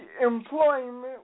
employment